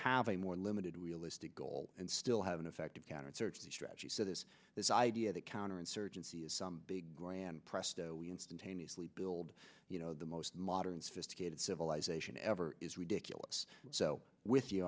have a more limited realistic goal and still have an effective counterinsurgency strategy so this this idea that counterinsurgency is some big grand presto we instantaneously build you know the most modern sophisticated civilization ever is ridiculous so with you